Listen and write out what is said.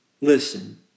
listen